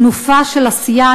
תנופה של עשייה.